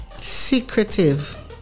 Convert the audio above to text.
secretive